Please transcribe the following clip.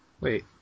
Wait